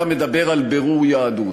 אתה מדבר על בירור יהדות.